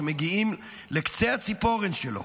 שמגיעים לקצה הציפורן שלו.